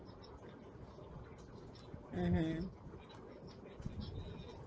mmhmm